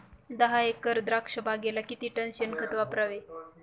दहा एकर द्राक्षबागेला किती टन शेणखत वापरावे?